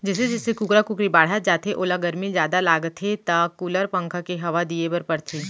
जइसे जइसे कुकरा कुकरी ह बाढ़त जाथे ओला गरमी जादा लागथे त कूलर, पंखा के हवा दिये बर परथे